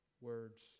Words